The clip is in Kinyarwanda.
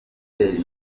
moteri